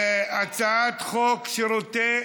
הצעת חוק שירותי